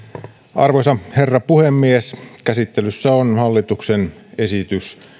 arvoisa herra puhemies käsittelyssä on hallituksen esitys